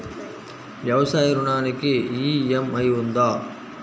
వ్యవసాయ ఋణానికి ఈ.ఎం.ఐ ఉందా?